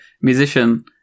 musician